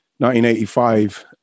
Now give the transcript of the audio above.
1985